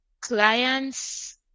clients